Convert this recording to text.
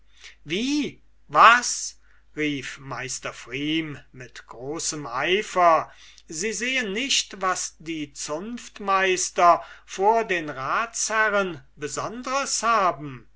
wie was rief meister pfrieme mit großem eifer ihr seht nicht was die zunftmeister vor den ratsherren besonders haben